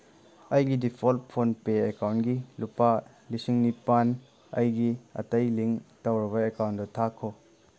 ꯑꯩꯒꯤ default PhonePe ꯑꯦꯀꯥꯎꯟꯀꯤ ꯂꯨꯄꯥ ꯂꯁꯤꯡ ꯅꯤꯄꯥꯟ ꯑꯩꯒꯤ ꯑꯇꯩ ꯂꯤꯡ ꯇꯧꯔꯕ ꯑꯦꯀꯥꯎꯟꯗ ꯊꯥꯈꯣ